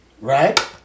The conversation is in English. right